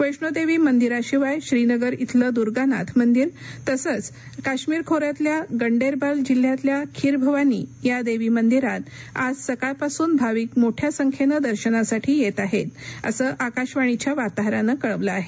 वैष्णोदेवी मंदिराशिवाय श्रीनगर इथलं दुर्गानाथ मंदिर तसंच काश्मीर खोऱ्यातल्या गंडेरबाल जिल्ह्यातल्या खीर भवानी या देवी मंदिरात आज सकाळपासून भाविक मोठ्या संख्येनं दर्शनासाठी येत आहेत असं आकाशवाणीच्या वार्ताहरानं कळवलं आहे